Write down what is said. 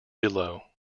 below